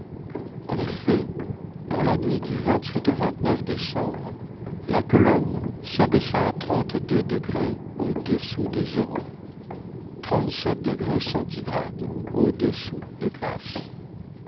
en effet dans la nuit du au décembre la colonne s'abaissa à trente-deux degrés au-dessous de zéro